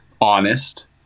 honest